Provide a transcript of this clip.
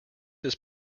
his